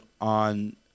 on